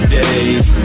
days